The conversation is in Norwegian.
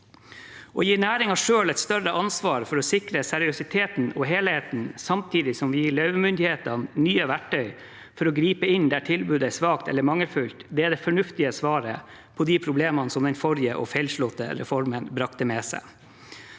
Å gi næringen selv et større ansvar for å sikre seriøsiteten og helheten, samtidig som vi gir løyvemyndighetene nye verktøy for å gripe inn der tilbudet er svakt eller mangelfullt, er det fornuftige svaret på de problemene som den forrige og feilslåtte reformen brakte med seg.